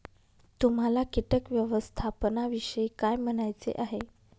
तुम्हाला किटक व्यवस्थापनाविषयी काय म्हणायचे आहे?